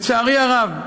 לצערי הרב,